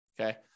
okay